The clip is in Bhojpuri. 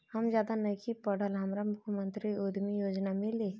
हम ज्यादा नइखिल पढ़ल हमरा मुख्यमंत्री उद्यमी योजना मिली?